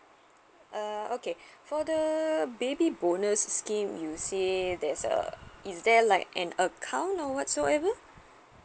uh okay for the baby bonus scheme you say there's uh is there like an account or whatsoever